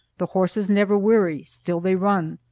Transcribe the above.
the horses never weary. still they run.